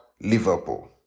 Liverpool